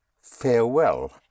farewell